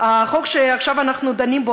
החוק שאנחנו עכשיו דנים בו,